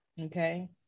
Okay